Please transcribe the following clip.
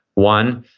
one,